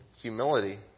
humility